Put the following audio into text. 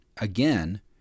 again